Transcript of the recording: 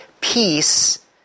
peace